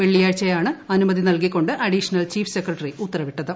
വെള്ളിയാഴ്ചയാണ് അനുമതി നല്കിക്കൊണ്ട് അഡീഷണൽ ചീഫ് സെക്രട്ടറി ഉത്തരവിട്ടത്